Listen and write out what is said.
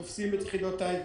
הם תופסים את יחידות ה-IVF.